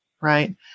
right